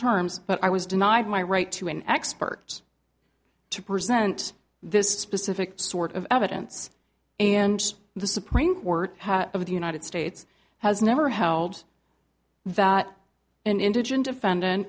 terms but i was denied my right to an expert to present this specific sort of evidence and the supreme court of the united states has never held that an indigent defendant